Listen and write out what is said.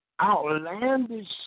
outlandish